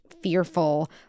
fearful